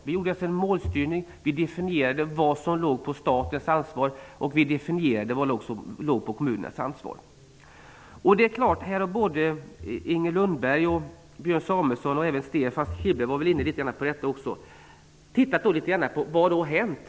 Vi gjorde alltså en målstyrning. Vi definierade vad som låg på statens ansvar och vad som låg på kommunernas ansvar. Kihlberg har tittat litet grand på vad som har hänt.